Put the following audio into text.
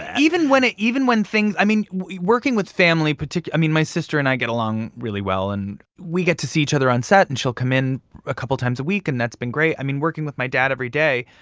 even when it even when things i mean, working with family i mean, my sister and i get along really well. and we get to see each other on set, and she'll come in a couple times a week. and that's been great. i mean, working with my dad every day,